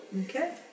Okay